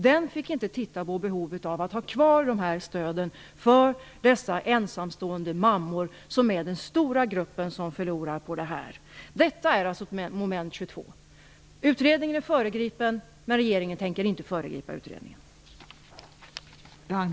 Den fick inte titta på behovet av att ha kvar de här stöden för dessa ensamstående mammor, som är den stora gruppen som förlorar på detta. Detta är alltså ett moment 22: Utredningen är föregripen, men regeringen tänker inte föregripa utredningen.